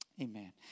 Amen